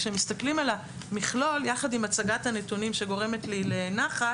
כשמסתכלים על המכלול יחד עם הצגת הנתונים שגורמת לי נחת